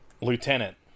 lieutenant